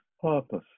purpose